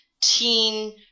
teen